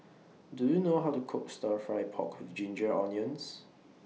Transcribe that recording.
Do YOU know How to Cook Stir Fry Pork with Ginger Onions